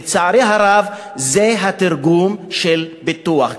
לצערי הרב, זה התרגום של פיתוח.